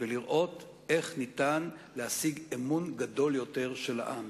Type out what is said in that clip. לראות איך ניתן להשיג אמון גדול יותר של העם.